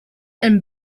and